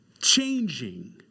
changing